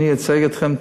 אני אייצג אתכם,